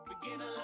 beginner